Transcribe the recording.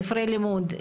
ספרי הלימוד,